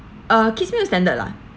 uh kings bed is standard lah